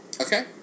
Okay